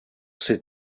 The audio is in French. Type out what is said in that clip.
ses